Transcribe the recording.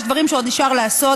יש דברים שעוד נשאר לעשות,